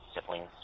siblings